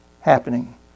happening